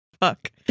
fuck